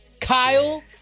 Kyle